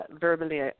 verbally